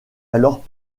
alors